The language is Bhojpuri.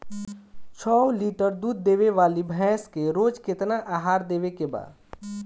छह लीटर दूध देवे वाली भैंस के रोज केतना आहार देवे के बा?